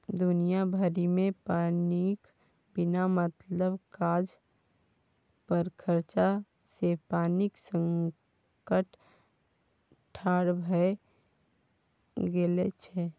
दुनिया भरिमे पानिक बिना मतलब काज पर खरचा सँ पानिक संकट ठाढ़ भए गेल छै